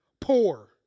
poor